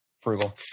frugal